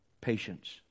patience